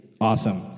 Awesome